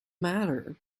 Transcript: matter